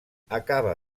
acaba